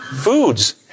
Foods